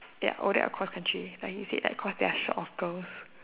ya O_D_A_C or cross country cause they are short of girls